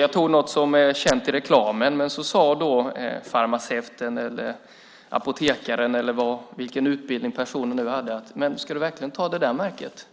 Jag tog något som är känt från reklamen, men så sade farmaceuten eller apotekaren eller vilken utbildning personen nu hade: Ska du verkligen ta det där märket?